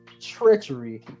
treachery